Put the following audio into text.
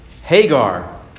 Hagar